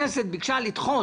זה